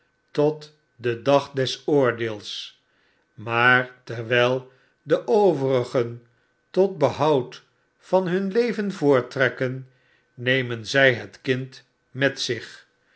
tot den dag des oordeels maar terwylde overigen tot behoud van hun leven voorttrekken nemen zy het kind met zich